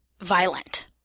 violent